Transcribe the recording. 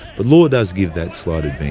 but law does give that slight advantage.